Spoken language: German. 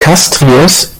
castries